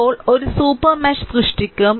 ഇപ്പോൾ ഒരു super mesh സൃഷ്ടിക്കും